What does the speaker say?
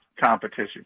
competition